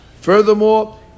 Furthermore